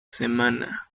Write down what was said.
semana